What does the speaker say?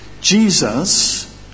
Jesus